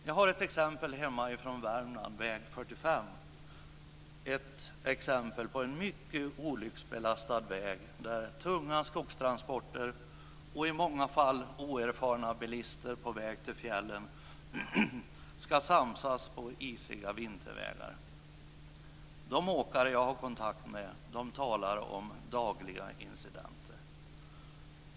Jag har ett exempel från hemma i Värmland, nämligen väg 45 - en mycket olycksbelastad väg där tunga skogstransporter och, i många fall, oerfarna bilister på väg till fjällen ska samsas på isiga vintervägar. De åkare som jag har kontakt med talar om dagliga incidenter.